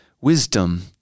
wisdom